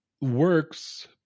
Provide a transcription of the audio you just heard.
works